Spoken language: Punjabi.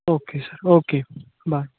okay sir okay bye